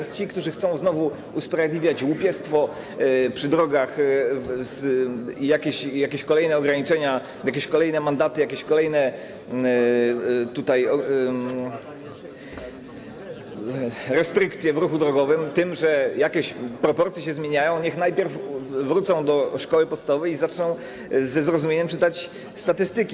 Ci, którzy znowu chcą usprawiedliwiać łupiestwo przy drogach i jakieś kolejne ograniczenia, jakieś kolejne mandaty, jakieś kolejne restrykcje w ruchu drogowym tym, że jakieś proporcje się zmieniają, niech najpierw wrócą do szkoły podstawowej i zaczną ze zrozumieniem czytać statystyki.